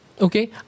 okay